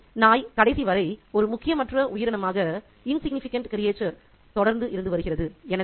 ஆகவே நாய் கடைசி வரை ஒரு முக்கியமற்ற உயிரினமாகத் தொடர்ந்து இருந்து வருகிறது